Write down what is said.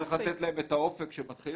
צריך לתת להם את האופק שהם יתחילו